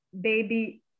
baby